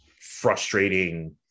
frustrating